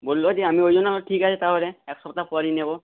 বলল যে আমি ওই জন্য ঠিক আছে তাহলে এক সপ্তাহ পরই নেব